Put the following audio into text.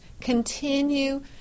continue